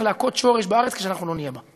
להכות שורש בארץ כשאנחנו לא נהיה בה,